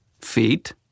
feet